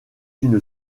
une